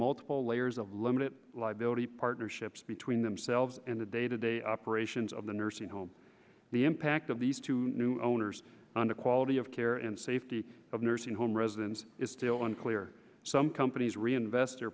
multiple layers of limit liability partnerships between themselves and the day to day operations of the nursing home the impact of these two new owners on the quality of care and safety of nursing home residents is still unclear some companies